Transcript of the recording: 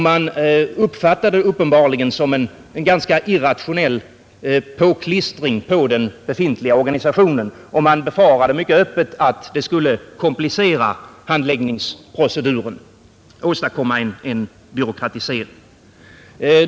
Man uppfattar det uppenbarligen som en ganska irrationell påklistring på den befintliga organisationen och anser att det skulle komplicera handläggningsproceduren och åstadkomma en byråkratisering.